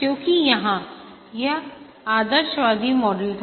क्योंकि यहाँ यह आदर्शवादी मॉडल था